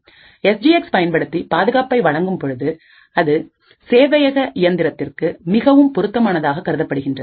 S G X பயன்படுத்தி பாதுகாப்பை வழங்கும் பொழுது சேவையக இயந்திரத்திற்கு மிகவும் பொருத்தமானதாக கருதப்படுகின்றது